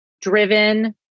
Driven